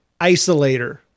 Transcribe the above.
isolator